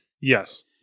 Yes